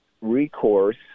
recourse